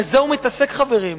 בזה הוא מתעסק, חברים.